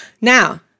Now